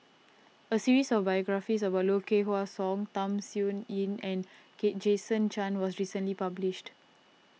a series of biographies about Low Kway Hwa Song Tham Sien Yen and Kate Jason Chan was recently published